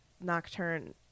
nocturne